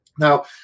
Now